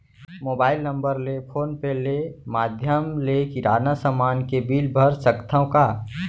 Mobile number ले phone पे ले माधयम ले किराना समान के बिल भर सकथव का?